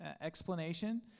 explanation